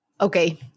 Okay